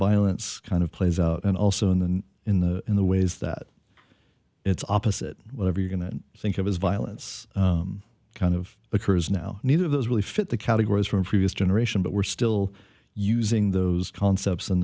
nonviolence kind of plays out and also in the in the in the ways that it's opposite whatever you're going to think of as violence kind of occurs now neither of those really fit the categories from previous generation but we're still using those concepts in